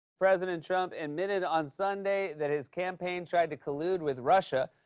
president trump admitted on sunday that his campaign tried to collude with russia,